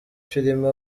filime